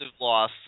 loss